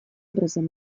образом